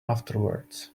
afterwards